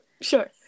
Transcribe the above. Sure